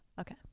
okay